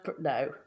no